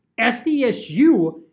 SDSU